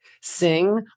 sing